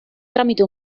tramite